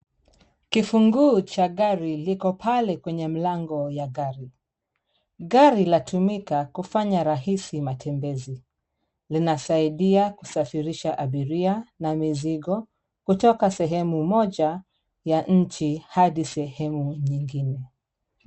Kifunguu cha gari liko pale kwenye mlango ya gari. Gari latumika kufanya rahisi matembezi. Linasaidia kusafirisha abiria na mizigo kutoka sehemu moja ya nchi hadi sehemu nyingine.